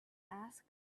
asked